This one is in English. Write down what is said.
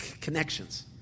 connections